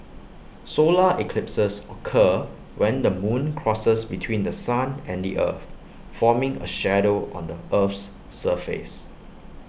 solar eclipses occur when the moon crosses between The Sun and the earth forming A shadow on the Earth's surface